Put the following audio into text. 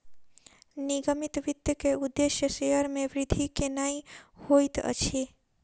निगमित वित्त के उदेश्य शेयर के वृद्धि केनै होइत अछि